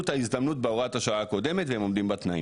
את ההזדמנות בהוראת השעה הקודמת והם עומדים בתנאים,